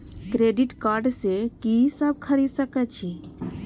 Credit card से की सब खरीद सकें छी?